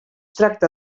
tracta